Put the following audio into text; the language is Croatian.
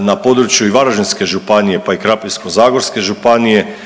na području i Varaždinske županije pa i Krapinsko-zagorske županije